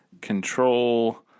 control